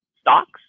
stocks